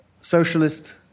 socialist